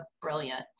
brilliant